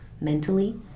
mentally